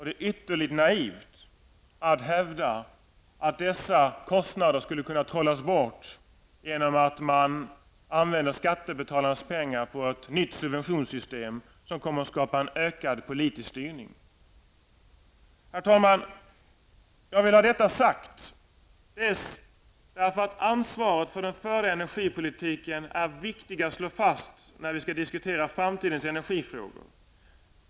Det är ytterligt naivt att hävda att dessa kostnader skulle kunna trollas bort genom att man använder skattebetalarnas pengar till ett nytt subventionssystem som kommer att skapa ökad politisk styrning. Herr talman! Jag vill ha detta sagt. Det är viktigt att slå fast ansvaret för den förda energipolitiken när vi skall diskutera framtidens energifrågor.